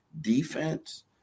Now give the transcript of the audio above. defense